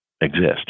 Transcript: exist